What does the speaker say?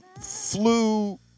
flew